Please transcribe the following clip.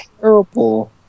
Terrible